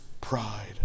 pride